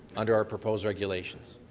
under our proposed regulations?